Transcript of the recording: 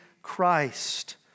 Christ